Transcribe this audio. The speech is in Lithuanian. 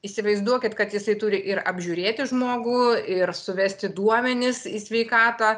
įsivaizduokit kad jisai turi ir apžiūrėti žmogų ir suvesti duomenis į sveikatą